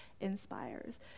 inspires